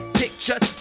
pictures